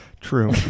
True